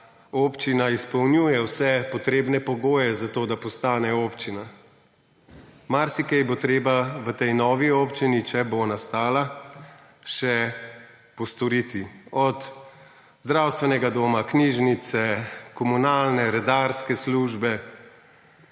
občina izpolnjuje vse potrebne pogoje za to, da postane občina. Marsikaj bo treba v tej novi občini, če bo nastala, še postoriti – od zdravstvenega doma, knjižnice, komunalne, redarske službe.